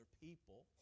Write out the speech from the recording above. people